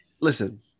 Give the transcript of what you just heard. listen